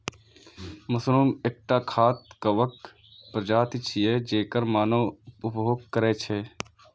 mushroom एकटा खाद्य कवक प्रजाति छियै, जेकर मानव उपभोग करै छै